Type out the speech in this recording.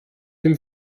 dem